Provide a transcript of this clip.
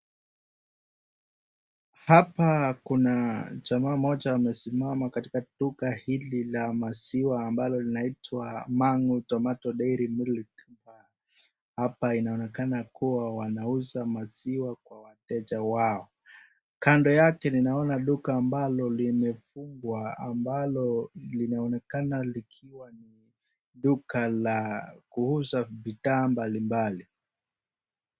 Hapa kuna jamaa mmoja amesimama katika duka hili la maziwa ambalo linaitwa Mangu Tomato Dairy Milk Bar, hapa inaonekana kuwa wanauza maziwa kwa wateja wao. Kando yake ninaona duka ambalo limefungwa ambalo linaonekana likiwa ni duka la kuuza bidhaa mbalimbali.